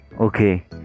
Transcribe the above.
okay